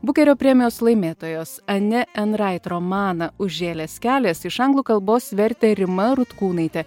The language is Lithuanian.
bukerio premijos laimėtojos ane endrait romaną užžėlęs kelias iš anglų kalbos vertė rima rutkūnaitė